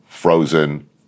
Frozen